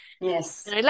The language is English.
Yes